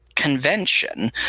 convention